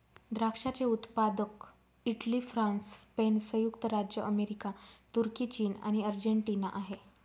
द्राक्षाचे उत्पादक Italy, France, Spain, संयुक्त राज्य अमेरिका, तुर्की, चीन आणि अर्जेंटिना आहे